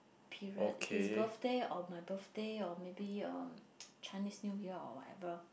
period his birthday or my birthday or maybe um Chinese New Year or whatever